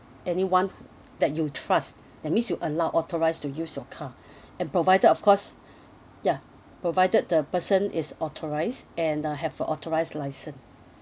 anyone that you trust that means you allowed authorise to use your car and provided of course ya provided the person is authorised and uh have a authorised licence